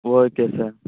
okay sir